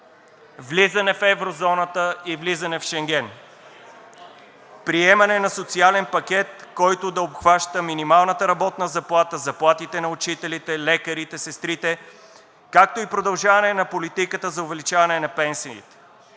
влизане в еврозоната и влизане в Шенген; приемане на социален пакет, който да обхваща минималната работна заплата, заплатите на учителите, лекарите, сестрите, както и продължаване на политиката за увеличаване на пенсиите